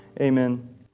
Amen